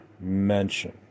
mention